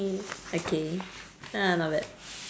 okay ya not bad